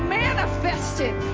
manifested